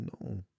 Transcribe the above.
no